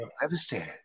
devastated